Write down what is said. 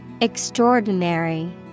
Extraordinary